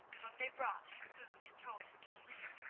but they brought him food, and told him to sleep,